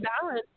balance